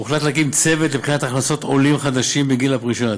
הוחלט להקים צוות לבחינת הכנסות עולים חדשים בגיל הפרישה.